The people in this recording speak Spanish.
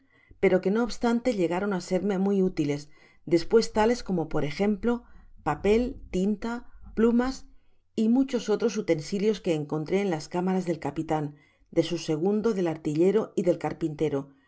pero qne no obstante llegaron á serme muy útiles despues tales como por ejemplo papel tinta plumas y muchos otros utensilios qne encontré en las cámaras del capitan de su segundo del artillero y del carpintero